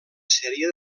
sèrie